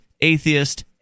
atheist